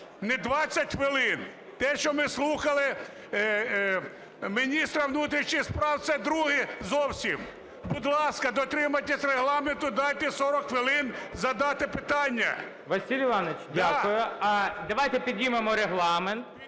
не 20 хвилин, те, що ми слухали міністра внутрішніх справ, це друге зовсім. Будь ласка, дотримайтесь Регламенту і дайте 40 хвилин задати питання. ГОЛОВУЮЧИЙ. Василь Іванович, дякую. Давайте піднімемо Регламент,